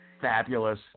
fabulous